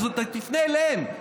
תפנה אליהם,